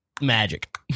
Magic